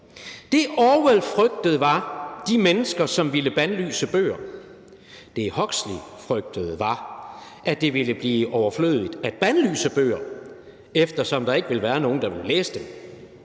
»Det, Orwell frygtede, var de mennesker, som ville bandlyse bøger. Det, Huxley frygtede, var, at det ville blive overflødigt at bandlyse bøger, eftersom der ikke ville være nogen, der ville læse dem.